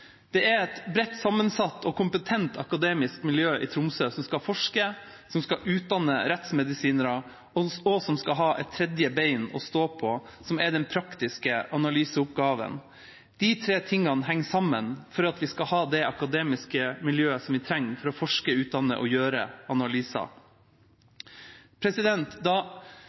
Det er et bredt sammensatt og kompetent akademisk miljø i Tromsø som skal forske, som skal utdanne rettsmedisinere, og som skal ha et tredje ben å stå på, som er den praktiske analyseoppgaven. De tre tingene henger sammen for at vi skal få det akademiske miljøet vi trenger for å forske, utdanne og gjøre analyser. Stoltenberg II-regjeringa la fram DNA-reformen i 2008 og opprettet Rettsgenetisk senter. Stortinget bestemte da